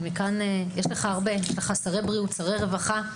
יש לך שרי בריאות ורווחה.